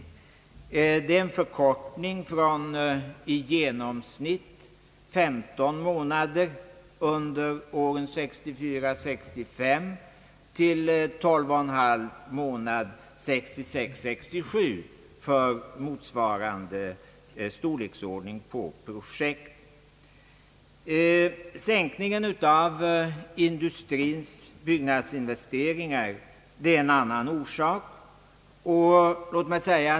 Det rör sig om en förkortning från i genomsnitt 15 månader åren 1964— 1965 till 12 1/2 månader 1966—1967 för projekt av motsvarande storleksordning. Sänkningen av industrins byggnadsinvesteringar är en annan orsak.